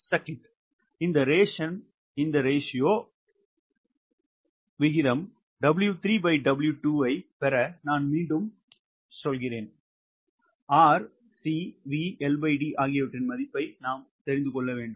8 இந்த ration 𝑊3W2 ஐப் பெற நான் மீண்டும் சொல்கிறேன் R C V LD ஆகியவற்றின் மதிப்பை நான் தெரிந்து கொள்ள வேண்டும்